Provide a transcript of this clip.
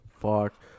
Fuck